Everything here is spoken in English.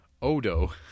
Odo